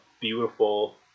beautiful